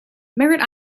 merritt